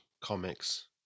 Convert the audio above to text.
comics